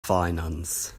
finance